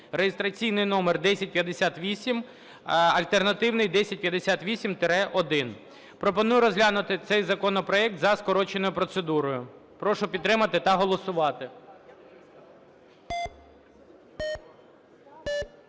(реєстраційний номер 1058), (альтернативний – 10568-1). Пропоную розглянути цей законопроект за скороченою процедурою. Прошу підтримати та голосувати.